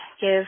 give